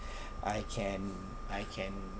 I can I can